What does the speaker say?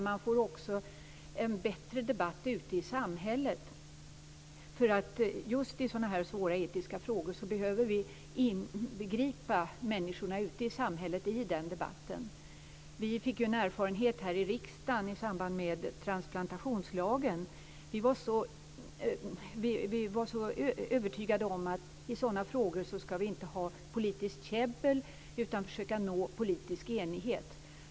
Man får också en bättre debatt ute i samhället, för just i sådana här svåra etiska frågor behöver vi inbegripa människorna ute i samhället i debatten. Vi fick ju en erfarenhet här i riksdagen i samband med transplantationslagen. Vi var så övertygade om att i sådana frågor skulle vi inte ha politiskt käbbel utan försöka nå politisk enighet.